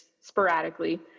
sporadically